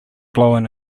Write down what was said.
blown